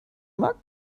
mag